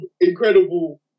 incredible